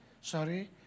sorry